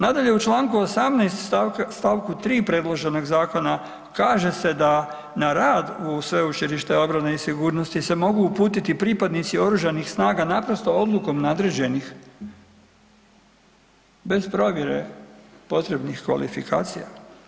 Nadalje, u čl. 18. st. 3. predloženog zakona kaže se da na radu u Sveučilište obrane i sigurnosti se mogu uputiti pripadnici oružanih snaga naprosto odlukom nadređenih, bez provjere potrebnih kvalifikacija.